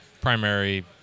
primary